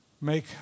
make